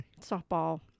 softball